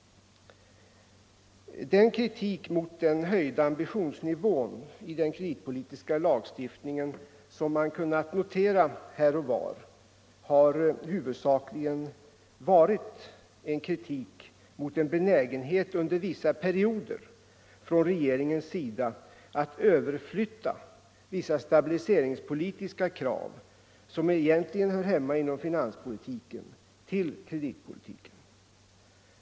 Den kritik mot den höjda ambitionsnivån i den kreditpolitiska lagstiftningen som man kunnat notera här och var har huvudsakligen varit en kritik mot en benägenhet under vissa perioder från regeringens sida att överflytta vissa stabiliseringspolitiska krav, som egentligen hör hemma inom finanspolitiken, till kreditpolitiken.